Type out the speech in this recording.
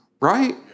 Right